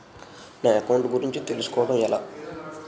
నా అకౌంట్ గురించి తెలుసు కోవడం ఎలా?